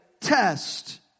test